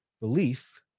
belief